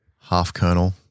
half-colonel